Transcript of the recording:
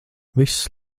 viss